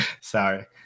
Sorry